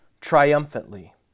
triumphantly